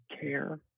care